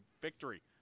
victory